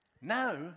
Now